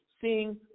seeing